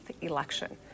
election